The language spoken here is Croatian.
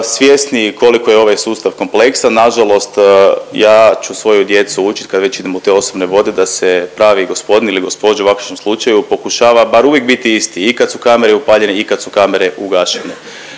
svjesniji koliko je ovaj sustav kompleksan. Na žalost ja ću svoju djecu učiti kad već idemo u te osobne vode, da se pravi gospodin ili gospođa u vašem slučaju pokušava bar uvijek biti isti i kad su kamere upaljene i kad su kamere ugašene.